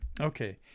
Okay